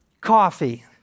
coffee